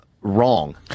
wrong